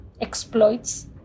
exploits